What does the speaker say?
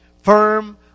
firm